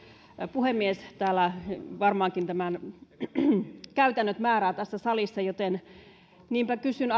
puhemies täällä varmaankin käytännöt määräävät tässä salissa joten niinpä kysyn